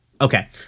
Okay